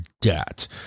debt